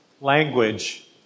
Language